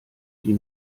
die